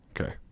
Okay